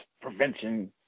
prevention